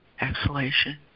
exhalation